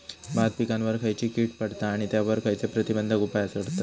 भात पिकांवर खैयची कीड पडता आणि त्यावर खैयचे प्रतिबंधक उपाय करतत?